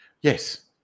Yes